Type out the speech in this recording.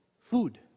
food